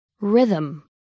Rhythm